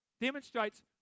demonstrates